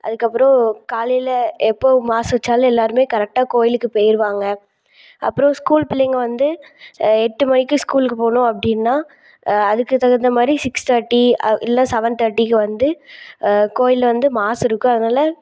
அதுக்கப்புறம் காலையில் எப்போது மாஸ் வைச்சாலும் எல்லாேரும் கரெக்டாக கோயிலுக்கு போயிடுவாங்க அப்புறம் ஸ்கூல் பிள்ளைங்க வந்து எட்டுமணிக்கு ஸ்கூலுக்கு போகணும் அப்படின்னா அதுக்கு தகுந்தமாதிரி சிக்ஸ் தேர்ட்டி அவ் இல்லை செவென் தேர்ட்டிக்கு வந்து கோயிலில் வந்து மாஸ்ஸிருக்கும் அதனால்